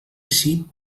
així